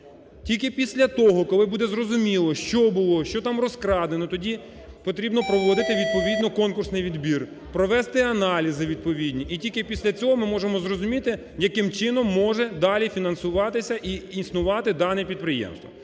Тільки після того, коли буде зрозуміло що було, що там розкрадено, тоді потрібно проводити відповідно конкурсний відбір, провести аналізи відповідні і тільки після цього ми можемо зрозуміти яким чином може далі фінансуватися і існувати дане підприємство.